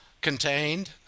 contained